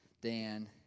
Dan